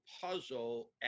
puzzle